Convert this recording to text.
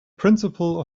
principle